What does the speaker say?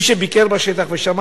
מי שביקר בשטח ושמע